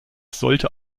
sollte